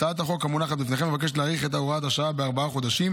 הצעת החוק המונחת בפניכם מבקשת להאריך את הוראת השעה בארבעה חודשים,